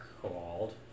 called